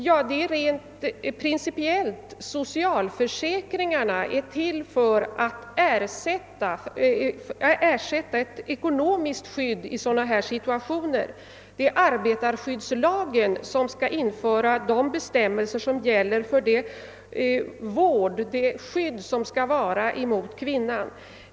Motivet är rent principiellt. Socialförsäkringarna är till för att ge ett ekonomiskt skydd i dylika situationer. Det är arbetarskyddslagen som skall innehålla bestämmelser för det skydd kvinnan skall ha.